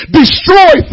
destroy